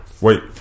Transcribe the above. wait